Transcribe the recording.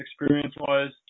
experience-wise